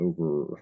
over